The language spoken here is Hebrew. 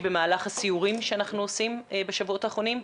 במהלך הסיורים שנחנו עושים בשבועות האחרונים,